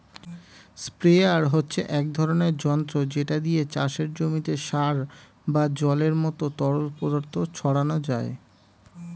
sprayer হচ্ছে এক ধরনের যন্ত্র যেটা দিয়ে চাষের জমিতে সার বা জলের মতো তরল পদার্থ ছড়ানো যায়